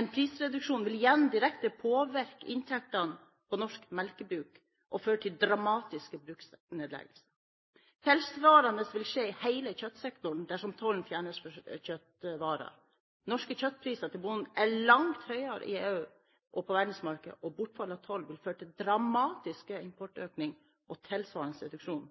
En prisreduksjon vil igjen direkte påvirke inntektene til norske melkebruk og føre til dramatiske bruksnedleggelser. Tilsvarende vil skje i hele kjøttsektoren dersom tollen på kjøttvarer fjernes. Norske bønders kjøttpriser er langt høyere enn i EU og på verdensmarkedet, og bortfall av toll vil føre til en dramatisk importøkning og tilsvarende